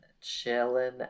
chilling